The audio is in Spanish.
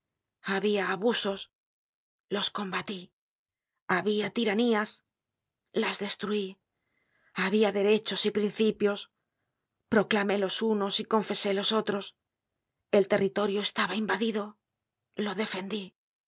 habia abusos los combatí habia tiranías las destruí habia derechos y principios proclamé los unos y confesé los otros el territorio estaba invadido lo defendí